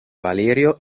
valerio